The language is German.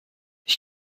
ich